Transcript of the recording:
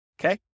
Okay